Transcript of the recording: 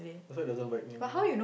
that's why doesn't bite anymore